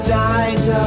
died